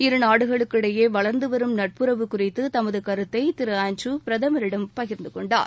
இருநாடுகளுக்கு இடையே வளர்ந்துவரும் நட்புறவு குறித்து தமது கருத்தை திரு ஆண்ட்ருவ் பிரதமரிடம் பகிர்ந்து கொண்டார்